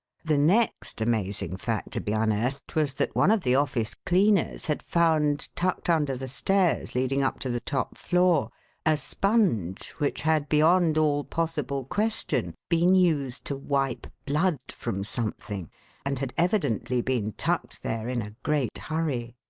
the next amazing fact to be unearthed was that one of the office cleaners had found tucked under the stairs leading up to the top floor a sponge, which had beyond all possible question been used to wipe blood from something and had evidently been tucked there in a great hurry.